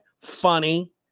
Funny